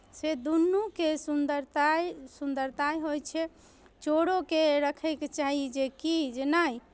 से दुनूके सुन्दरताइ सुन्दरताइ होइ छै चोरोके रखयके चाही जेकि जे नहि